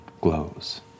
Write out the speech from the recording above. glows